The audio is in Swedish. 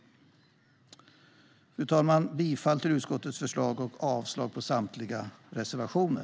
Fru talman! Jag yrkar bifall till utskottets förslag och avslag på samtliga reservationer.